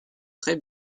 très